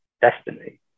destiny